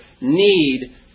need